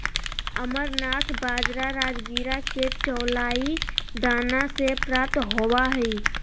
amaranth बाजरा राजगिरा के चौलाई दाना से प्राप्त होबा हइ